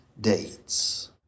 dates